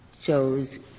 Shows